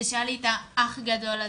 שהיה לי את האח הגדול הזה,